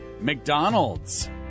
McDonald's